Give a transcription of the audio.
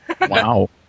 Wow